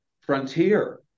Frontier